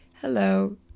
Hello